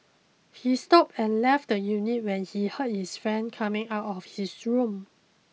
he stopped and left the unit when he heard his friend coming out of his room